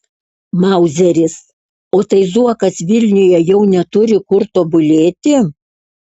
mauzeris o tai zuokas vilniuje jau neturi kur tobulėti